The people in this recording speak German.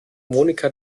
monika